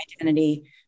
identity